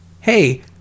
Hey